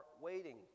waiting